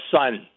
sun